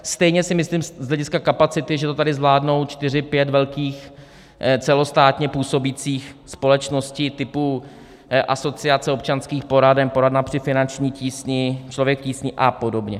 Stejně si myslím z hlediska kapacity, že to tady zvládne čtyři, pět velkých, celostátně působících společností typu Asociace občanských poraden, Poradna při finanční tísni, Člověk v tísni a podobně.